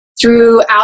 Throughout